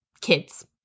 kids